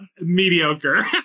Mediocre